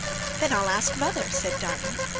then i'll ask mother, said diamond.